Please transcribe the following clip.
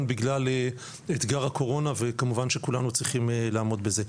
בגלל אתגר הקורונה וכמובן שכולנו צריכים לעמוד בזה.